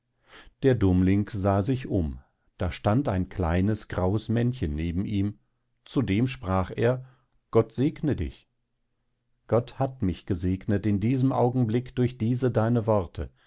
der dummling sah sich um da stand ein kleines graues männchen neben ihm zu dem sprach er gott gesegne dich gott hat mich gesegnet in diesem augenblick durch diese deine worte